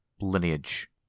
lineage